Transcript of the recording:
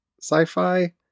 sci-fi